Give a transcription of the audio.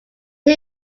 two